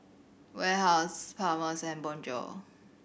Warehouse Palmer's and Bonjour